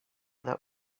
that